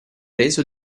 reso